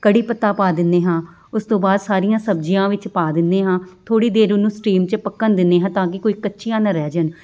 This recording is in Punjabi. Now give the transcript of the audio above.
ਕੜੀ ਪੱਤਾ ਪਾ ਦਿੰਦੇ ਹਾਂ ਉਸ ਤੋਂ ਬਾਅਦ ਸਾਰੀਆਂ ਸਬਜ਼ੀਆਂ ਵਿੱਚ ਪਾ ਦਿੰਦੇ ਹਾਂ ਥੋੜ੍ਹੀ ਦੇਰ ਉਹਨੂੰ ਸਟੀਮ 'ਚ ਪੱਕਣ ਦਿੰਦੇ ਹਾਂ ਤਾਂ ਕਿ ਕੋਈ ਕੱਚੀਆਂ ਨਾ ਰਹਿ ਜਾਣ